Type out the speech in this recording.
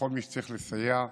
לכל מי שצריך לסייע לו,